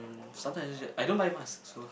sometime I just get I don't buy mask so